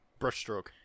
Brushstroke